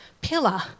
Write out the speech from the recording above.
pillar